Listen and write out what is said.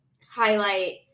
highlight